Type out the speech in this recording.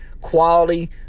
quality